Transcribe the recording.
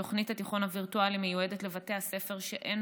תוכנית התיכון הווירטואלי מיועדת לבתי ספר שאין